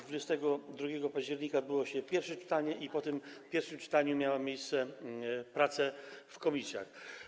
22 października odbyło się pierwsze czytanie i po tym pierwszym czytaniu miały miejsce prace w komisjach.